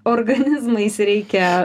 organizmais reikia